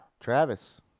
Travis